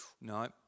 No